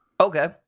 Okay